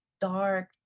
dark